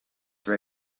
were